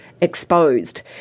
Exposed